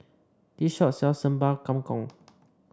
this shop sells Sambal Kangkong